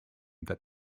that